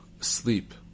Sleep